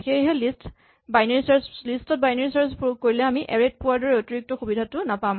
সেয়েহে লিষ্ট ত binary search প্ৰয়োগ কৰিলে আমি এৰে ত পোৱাৰ দৰে অতিৰিক্ত সুবিধাটো নাপাম